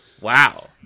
Wow